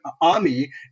army